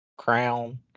Crown